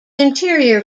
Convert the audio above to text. interior